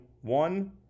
one